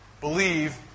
believe